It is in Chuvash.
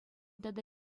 тата